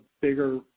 bigger